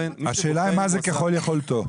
השאלה היא מה זה ככל יכולתו.